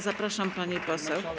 Zapraszam, pani poseł.